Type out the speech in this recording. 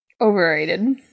Overrated